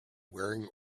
wearing